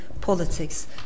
politics